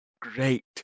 great